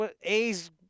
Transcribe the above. A's